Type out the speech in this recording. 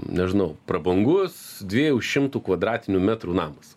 nežinau prabangus dviejų šimtų kvadratinių metrų namas